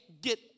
get